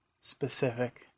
specific